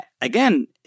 Again